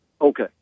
Okay